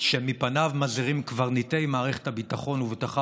שמפניו מזהירים קברניטי מערכת הביטחון ובהם